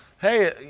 Hey